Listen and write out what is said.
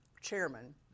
chairman